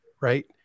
right